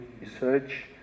research